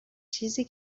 چیزی